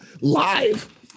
live